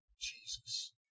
Jesus